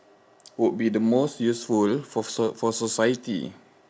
would be the most useful for soc~ for society